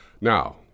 Now